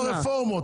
זה כמו הרפורמות,